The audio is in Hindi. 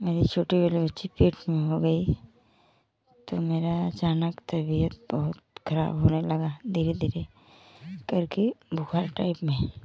मेरी छोटी वाली बच्ची पेट में हो गई तो मेरा अचानक तबीयत बहुत खराब होने लगा धीरे धीरे करके बुखार टाइप में